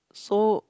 so